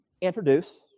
introduce